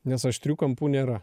nes aštrių kampų nėra